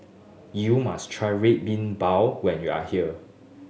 you must try Red Bean Bao when you are here